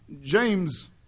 James